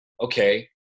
Okay